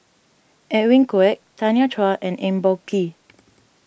Edwin Koek Tanya Chua and Eng Boh Kee